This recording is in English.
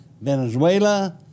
Venezuela